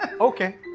Okay